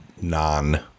non